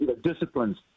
Discipline's